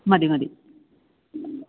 മതി മതി